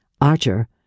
Archer